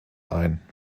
ein